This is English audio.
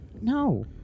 No